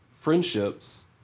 friendships